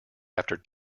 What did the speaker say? after